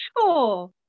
sure